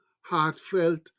heartfelt